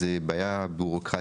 זה בעיה בירוקרטית.